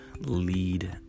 lead